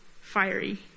fiery